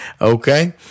okay